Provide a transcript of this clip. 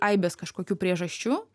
aibės kažkokių priežasčių